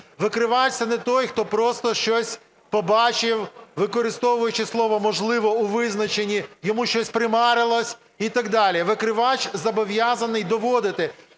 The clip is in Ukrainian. Викривач – це не той, хто просто щось побачив, використовуючи слово "можливо" у визначенні, йому щось примарилось і так далі. Викривач зобов'язаний доводити.